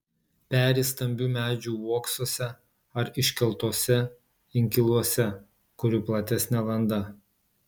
peri stambių medžių uoksuose ar iškeltuose inkiluose kurių platesnė landa